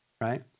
right